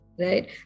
right